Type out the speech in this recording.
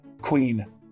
queen